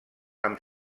amb